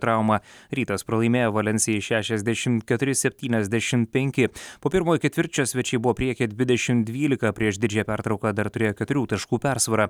trauma rytas pralaimėjo valensijai šešiasdešimt keturi septyniasdešimt penki po pirmojo ketvirčio svečiai buvo priekyje dvidešimt dvylika prieš didžiąją pertrauką dar turėjo keturių taškų persvarą